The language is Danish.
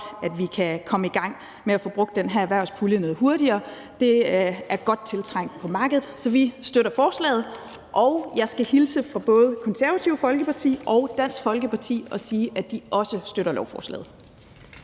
at vi kan komme i gang med at få brugt den her erhvervspulje noget hurtigere. Det er godt tiltrængt på markedet, så vi støtter forslaget, og jeg skal hilse fra både Det Konservative Folkeparti og Dansk Folkeparti og sige, at de også støtter lovforslaget.